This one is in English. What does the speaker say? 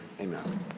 Amen